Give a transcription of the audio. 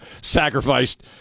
sacrificed